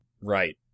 Right